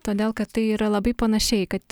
todėl kad tai yra labai panašiai kad